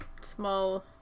small